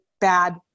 bad